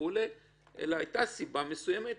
אלא הייתה סיבה מסוימת,